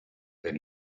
when